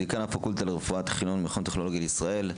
דיקן הפקולטה לרפואה בטכניון המכון הטכנולוגי לישראל.